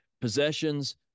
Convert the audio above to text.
possessions